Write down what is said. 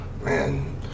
Man